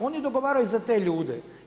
Oni dogovaraju za te ljude.